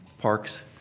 parks